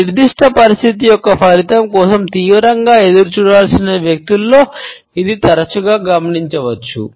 ఒక నిర్దిష్ట పరిస్థితి యొక్క ఫలితం కోసం తీవ్రంగా ఎదురుచూడాల్సిన వ్యక్తులలో ఇది తరచుగా గమనించవచ్చు